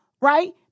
right